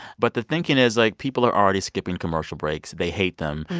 but the thinking is, like, people are already skipping commercial breaks. they hate them.